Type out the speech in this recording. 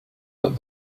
that